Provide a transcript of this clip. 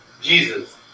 Jesus